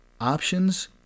options